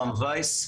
נעורים.